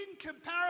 incomparable